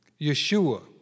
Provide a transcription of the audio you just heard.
Yeshua